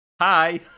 hi